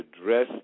address